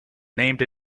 named